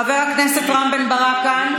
חבר הכנסת רם בן ברק כאן?